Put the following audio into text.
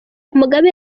mugabe